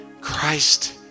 Christ